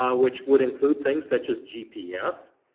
ah which would include things such as gps,